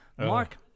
Mark